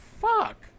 fuck